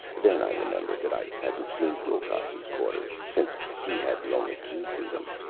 then i remembered that i hadn't seen wilcox's quarters, since he had the only key to them.